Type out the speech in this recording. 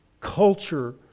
culture